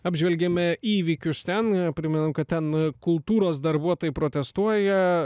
apžvelgėme įvykius ten primenam kad ten kultūros darbuotojai protestuoja